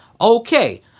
Okay